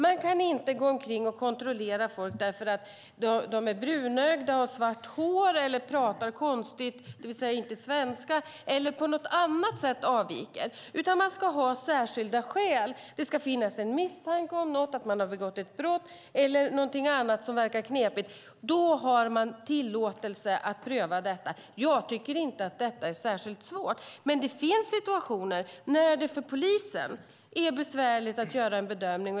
Man kan inte gå omkring och kontrollera folk därför att de är brunögda, har svart hår, pratar konstigt - det vill säga inte svenska - eller avviker på något annat sätt. Man ska ha särskilda skäl. Det ska finnas en misstanke om något - att personen har begått ett brott eller någonting annat som verkar knepigt. Då har man tillåtelse att pröva detta. Jag tycker inte att det är särskilt svårt. Men det finns situationer när det för polisen är besvärligt att göra en bedömning.